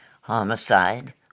Homicide